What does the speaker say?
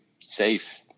safe